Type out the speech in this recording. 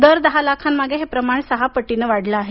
दर दहा लाखांमागे हे प्रमाण सहा पटीनं वाढलं आहे